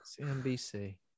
CNBC